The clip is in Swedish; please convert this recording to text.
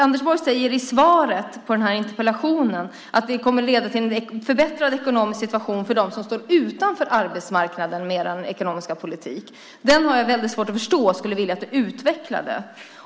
Anders Borg säger i svaret på den här interpellationen att er ekonomiska politik kommer att leda till en förbättrad ekonomisk situation för dem som står utanför arbetsmarknaden. Det har jag väldigt svårt att förstå och skulle vilja att du utvecklade det.